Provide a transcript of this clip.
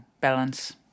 balance